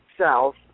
South